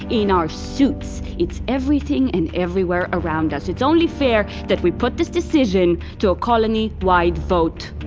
in our suits. it's everything and everywhere around us, it's only fair that we put this decision to a colony-wide vote